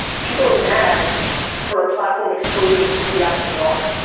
people are mad for a platform exposing who you actually are.